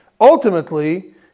Ultimately